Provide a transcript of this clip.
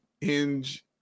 hinge –